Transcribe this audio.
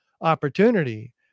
opportunity